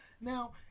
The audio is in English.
Now